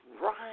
right